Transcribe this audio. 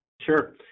Sure